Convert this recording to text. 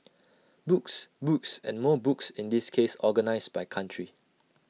books books and more books in this case organised by country